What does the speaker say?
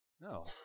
No